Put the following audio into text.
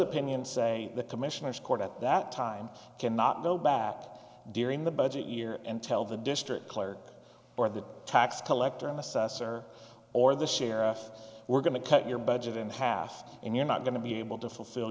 opinions say the commissioners court at that time cannot go back during the budget year and tell the district clerk or the tax collector an assessor or the sheriff we're going to cut your budget in half and you're not going to be able to fulfill